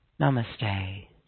Namaste